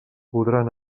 podran